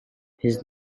his